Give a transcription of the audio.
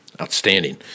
Outstanding